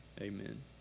amen